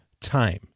time